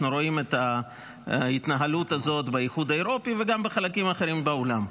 אנחנו רואים את ההתנהלות הזאת באיחוד האירופי וגם בחלקים אחרים בעולם,